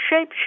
shape